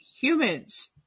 humans